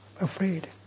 afraid